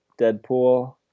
Deadpool